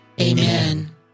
Amen